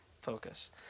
focus